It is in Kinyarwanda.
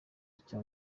icya